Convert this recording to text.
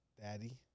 Daddy